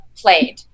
played